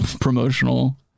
promotional